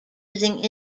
using